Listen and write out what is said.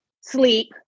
Sleep